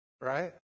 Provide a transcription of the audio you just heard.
Right